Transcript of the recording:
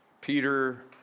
Peter